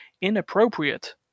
Inappropriate